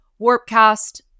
Warpcast